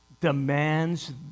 demands